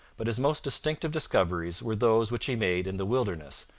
but his most distinctive discoveries were those which he made in the wilderness,